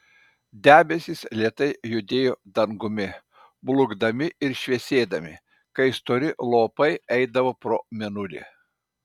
debesys lėtai judėjo dangumi blukdami ir šviesėdami kai stori lopai eidavo pro mėnulį